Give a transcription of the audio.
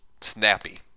snappy